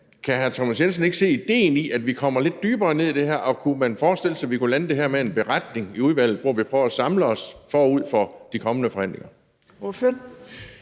kan hr. Thomas Jensen ikke se idéen i, at vi kommer lidt dybere ned i det her? Og kunne man forestille sig, at vi kunne lande det her med en beretning i udvalget, hvori vi prøver at samle os forud for de kommende forhandlinger?